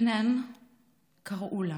חנאן קראו לה,